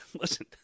listen